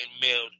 mailed